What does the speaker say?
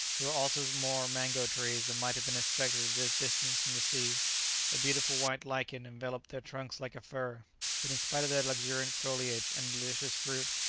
there were also more mango-trees than might have been expected at this distance from the sea a beautiful white lichen enveloped their trunks like a fur but in spite of their luxuriant foliage and delicious fruit,